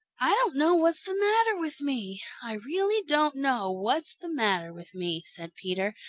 i don't know what's the matter with me. i really don't know what's the matter with me, said peter,